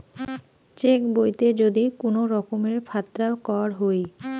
check বইতে যদি কুনো রকমের ফাত্রা কর হই